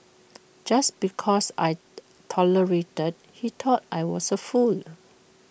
just because I tolerated he thought I was A fool